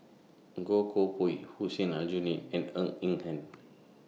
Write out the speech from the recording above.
Goh Koh Pui Hussein Aljunied and Ng Eng Hen